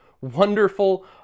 Wonderful